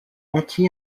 anti